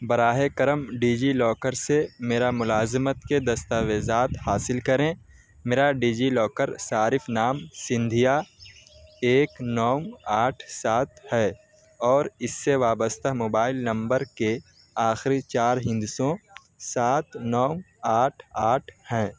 براہ کرم DigiLocker سے میرا ملازمت کے دستاویزات حاصل کریں میرا ڈیجی لاکر صارف نام سندھیا ایک نو آٹھ سات ہے اور اس سے وابستہ موبائل نمبر کے آخری چار ہندسوں سات نو آٹھ آٹھ ہیں